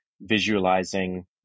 visualizing